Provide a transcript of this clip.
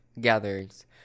gatherings